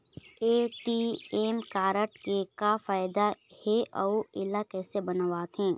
ATM card के का फायदा हे अऊ इला कैसे बनवाथे?